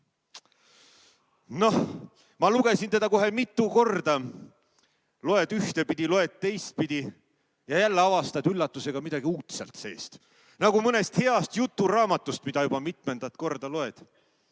Noh, ma lugesin teda kohe mitu korda. Loed ühtepidi, loed teistpidi, ja jälle avastad üllatusega midagi uut sealt seest – nagu mõnest heast juturaamatust, mida juba mitmendat korda loed.